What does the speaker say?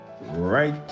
right